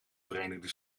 verenigde